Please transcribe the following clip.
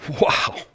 wow